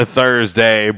Thursday